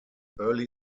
early